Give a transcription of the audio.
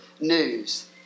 news